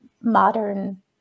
modern